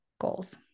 goals